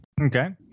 okay